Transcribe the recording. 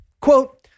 Quote